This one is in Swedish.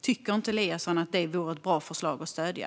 Tycker inte Eliasson att det vore ett bra förslag att stödja?